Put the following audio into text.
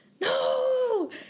no